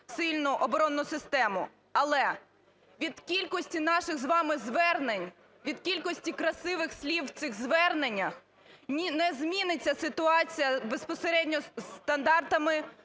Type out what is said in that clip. сильну оборонну систему. Але від кількості наших з вами звернень, від кількості красивих слів у цих зверненнях не зміниться ситуація безпосередньо зі стандартами